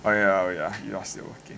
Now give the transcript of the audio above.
oh yeah oh yeah you're still working